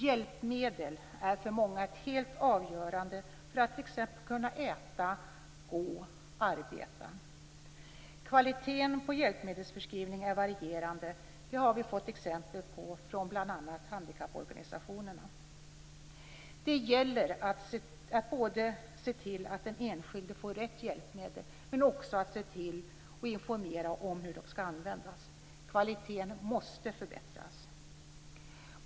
Hjälpmedel är för många helt avgörande för att t.ex. kunna äta, gå och arbeta. Kvaliteten på hjälpmedelsförskrivningen är varierande. Det har vi fått exempel på från bl.a. handikapporganisationerna. Det gäller att se till att den enskilde får rätt hjälpmedel, men också att informera om hur de skall användas. Kvaliteten måste förbättras.